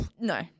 no